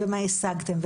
ומה השגתם.